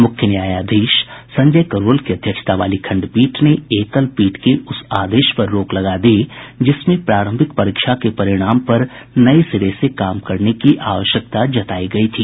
मुख्य न्यायाधीश संजय करोल की अध्यक्षता वाली खंडपीठ ने एकल पीठ के उस आदेश पर रोक लगा दी जिसमें प्रारंभिक परीक्षा के परिणाम पर नये सिरे से काम करने की आवश्यकता जतायी गयी थी